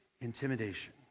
intimidation